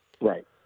Right